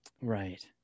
Right